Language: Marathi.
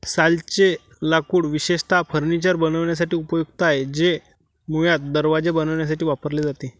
सालचे लाकूड विशेषतः फर्निचर बनवण्यासाठी उपयुक्त आहे, ते मुळात दरवाजे बनवण्यासाठी वापरले जाते